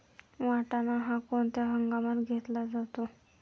वाटाणा हा कोणत्या हंगामात घेतला जातो?